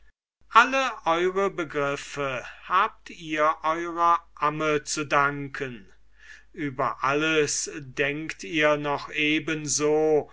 alle eure begriffe habt ihr eurer amme zu danken und über alles denkt ihr noch eben